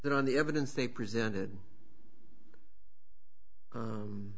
that on the evidence they presented